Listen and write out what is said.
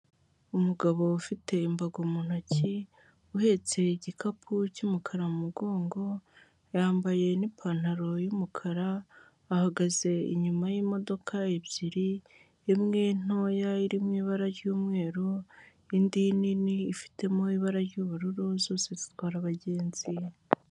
Umugabo ufite imbago mu ntoki uhetse igikapu cy'umukara mu mugongo yambaye n'ipantaro y'umukara ahagaze inyuma y'imodoka ebyiri imwe ntoya iri mu ibara ry'umweru, indi nini ifitemo ibara ry'ubururu zose zitwara abagenzi.